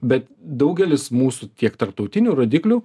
bet daugelis mūsų tiek tarptautinių rodiklių